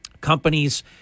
Companies